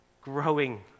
growing